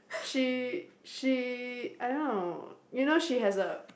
she she I don't know you know she has a